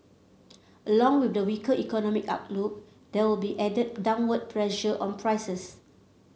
along with the weaker economic outlook there will be added downward pressure on prices